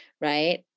right